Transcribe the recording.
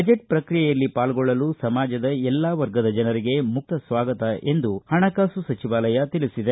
budget ಪ್ರಕ್ರಿಯೆಯಲ್ಲಿ ಪಾಲ್ಗೊಳ್ಳಲು ಸಮಾಜದ ಎಲ್ಲಾ ವರ್ಗದ ಜನರಿಗೆ ಮುಕ್ತ ಸ್ವಾಗತ ಎಂದು ಹಣಕಾಸು ಸಚಿವಾಲಯ ತಿಳಿಸಿದೆ